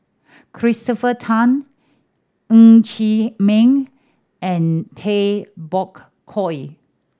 Christopher Tan Ng Chee Meng and Tay Bak Koi